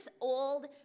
old